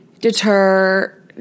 deter